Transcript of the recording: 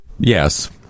Yes